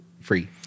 free